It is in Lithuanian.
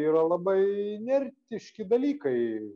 yra labai inertiški dalykai